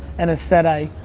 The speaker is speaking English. and instead, i.